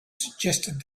suggested